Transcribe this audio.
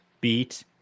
beat